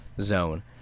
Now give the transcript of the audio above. zone